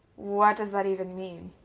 what does that even mean?